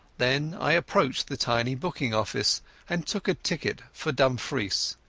then i approached the tiny booking-office and took a ticket for dumfries.